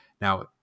Now